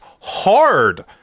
hard